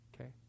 Okay